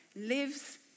lives